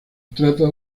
trata